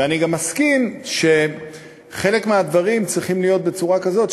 ואני גם מסכים שחלק מהדברים צריכים להיות בצורה כזאת,